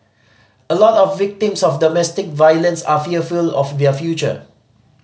a lot of victims of domestic violence are fearful of their future